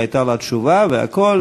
שהיו לה תשובה והכול,